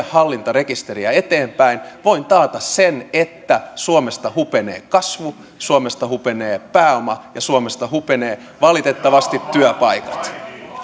hallintarekisteriä eteenpäin voin taata sen että suomesta hupenee kasvu suomesta hupenee pääoma ja suomesta hupenevat valitettavasti työpaikat